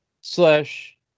Slash